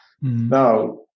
Now